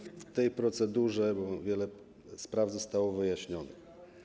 W tej procedurze wiele spraw zostało wyjaśnionych.